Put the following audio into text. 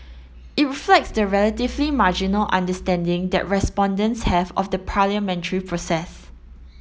it reflects the relatively marginal understanding that respondents have of the parliamentary process